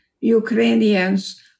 Ukrainians